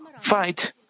fight